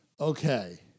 Okay